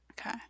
Okay